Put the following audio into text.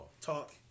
Talk